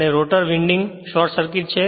અને rotor winding short circuit છે